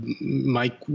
Mike